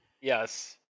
Yes